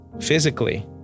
physically